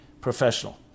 professional